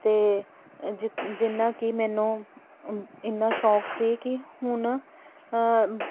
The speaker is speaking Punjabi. ਅਤੇ ਅ ਜਿ ਜਿੰਨਾ ਕਿ ਮੈਨੂੰ ਇੰਨਾ ਸ਼ੌਂਕ ਸੀ ਕਿ ਹੁਣ